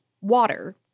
water